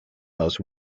most